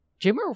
Jimmer